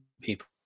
people